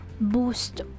boost